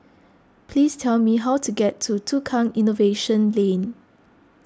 please tell me how to get to Tukang Innovation Lane